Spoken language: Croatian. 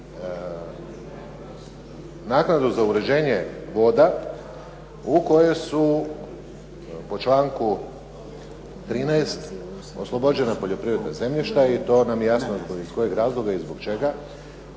naknadu za uređenje voda, u koju su po članku 13. oslobođena poljoprivredna zemljišta i to nam je jasno zbog čega,